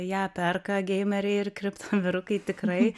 ją perka geimeriai ir kripto vyrukai tikrai